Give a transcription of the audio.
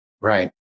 Right